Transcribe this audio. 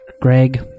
Greg